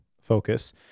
focus